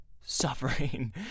suffering